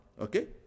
okay